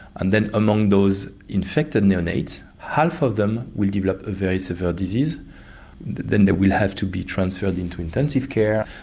and then among those infected neonates half of them will develop a very severe disease then they will have to be transferred into intensive care.